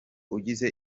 ugize